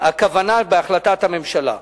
הכוונה בהחלטת הממשלה.